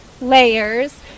layers